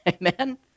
Amen